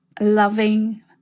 loving